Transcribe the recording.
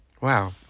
Wow